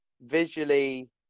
visually